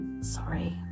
sorry